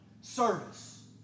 Service